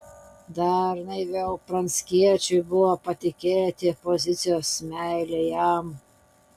dar naiviau pranckiečiui buvo patikėti opozicijos meile jam